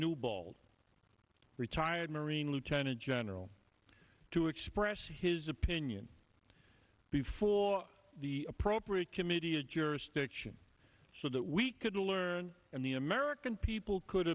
newbold retired marine lieutenant general to express his opinion before the appropriate committee of jurisdiction so that we could learn and the american people could